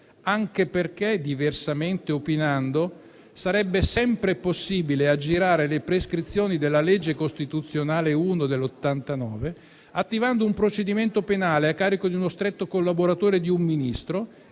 anche perché, diversamente opinando, sarebbe sempre possibile aggirare le prescrizioni della legge costituzionale n. 1 del 1989 attivando un procedimento penale a carico di uno stretto collaboratore di un Ministro